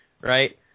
right